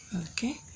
okay